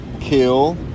Kill